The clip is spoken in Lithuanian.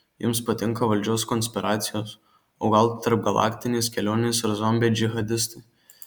jums patinka valdžios konspiracijos o gal tarpgalaktinės kelionės ar zombiai džihadistai